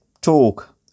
talk